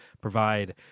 provide